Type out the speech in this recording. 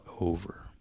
over